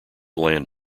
land